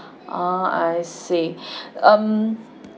ah I see um